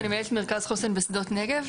ואני מנהלת מרכז חוסן בשדות נגב.